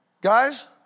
guys